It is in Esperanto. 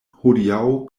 hodiaŭ